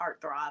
heartthrob